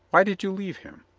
why did you leave him?